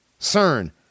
CERN